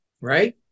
right